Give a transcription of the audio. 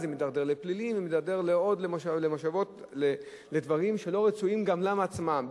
זה מידרדר לפלילים ומידרדר לעוד דברים לא רצויים גם להם עצמם,